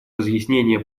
разъяснения